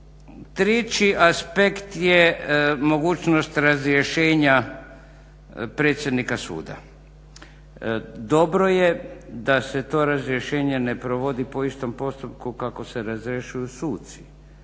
Treći aspekt je mogućnost razrješenja predsjednika suda. Dobro je da se to razrješenje ne provodi po istom postupku kako se razrješuju suci